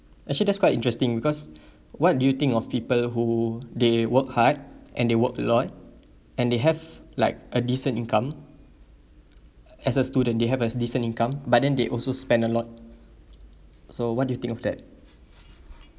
actually that's quite interesting because what do you think of people who they work hard and they work a lot and they have like a decent income as a student they have a decent income but then they also spend a lot so what do you think of that